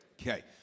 Okay